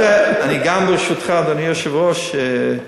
אני רוצה אדוני היושב-ראש,